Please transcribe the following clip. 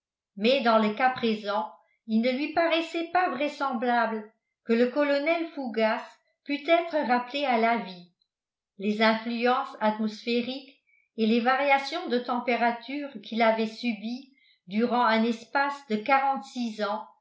mais dans le cas présent il ne lui paraissait pas vraisemblable que le colonel fougas pût être rappelé à la vie les influences atmosphériques et les variations de température qu'il avait subies durant un espace de quarante-six ans